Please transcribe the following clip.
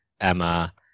Emma